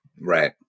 right